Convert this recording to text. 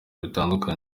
bitandukanye